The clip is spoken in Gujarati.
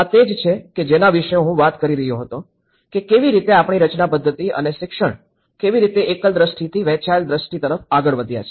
આ તે જ છે કે જેના વિશે હું વાત કરી રહ્યો હતો કે કેવી રીતે આપણી રચના પદ્ધતિ અને શિક્ષણ કેવી રીતે એકલ દ્રષ્ટિથી વહેંચાયેલ દ્રષ્ટિ તરફ આગળ વધ્યા છે